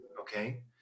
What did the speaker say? Okay